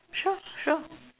sure sure